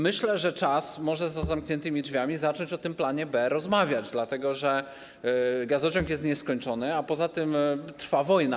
Myślę, że czas, może za zamkniętymi drzwiami, zacząć o tym planie B rozmawiać, dlatego że gazociąg jest nieskończony, a poza tym trwa wojna.